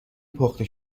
پخته